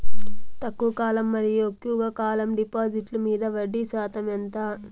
తక్కువ కాలం మరియు ఎక్కువగా కాలం డిపాజిట్లు మీద వడ్డీ శాతం ఎంత?